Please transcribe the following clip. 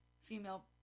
Female